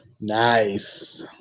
Nice